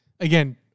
again